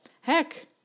Heck